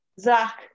Zach